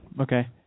okay